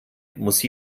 muss